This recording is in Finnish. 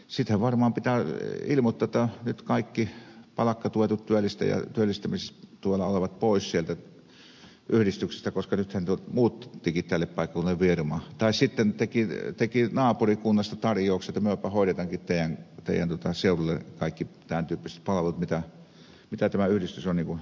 sittenhän varmaan pitää ilmoittaa että nyt kaikki palkkatuetut työllistämistuella olevat pois yhdistyksestä koska nythän muuttikin tälle paikkakunnalle firma tai sitten teki naapurikunnasta tarjouksen että mepä hoidammekin teidän seudullenne kaikki tämän tyyppiset palvelut mitä tämä yhdistys on tarjoamassa